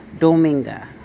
Dominga